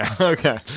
Okay